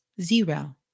zero